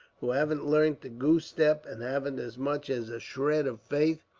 who haven't learnt the goose step, and haven't as much as a shred of faith,